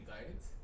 guidance